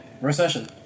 Recession